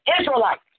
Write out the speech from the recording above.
Israelites